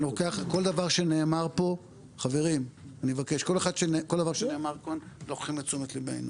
אני לוקח כל דבר שנאמר פה, חברים, לתשומת ליבנו.